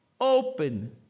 open